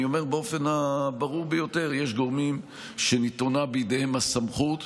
אני אומר באופן הברור ביותר: יש גורמים שנתונה בידיהם הסמכות,